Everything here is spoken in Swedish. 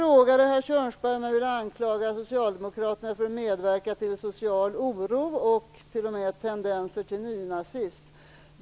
Herr Kjörnsberg frågade om jag anklagar Socialdemokraterna för att ha medverkat till social oro och t.o.m. till tendenser till nynazism.